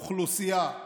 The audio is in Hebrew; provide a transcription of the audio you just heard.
האוכלוסייה,